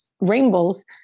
rainbows